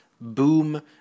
boom